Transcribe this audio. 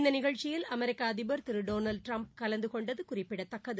இந்த நிகழ்ச்சியில் அமெரிக்க அதிபர் திரு டொனால்டு ட்ரம்ப் கலந்து கொண்டது குறிப்பிடத்தக்கது